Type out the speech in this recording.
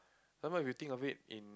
some more you think of it in